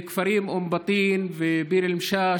בכפרים אום בטין וביר אל-משאש,